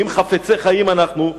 אם חפצי חיים אנחנו,